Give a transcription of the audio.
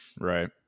Right